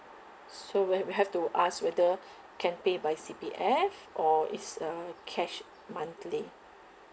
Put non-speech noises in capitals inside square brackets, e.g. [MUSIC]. so we've we have to ask whether [BREATH] can pay by C_P_F or it's uh cash monthly